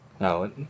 No